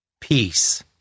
peace